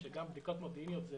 בדיקות מודיעיניות זה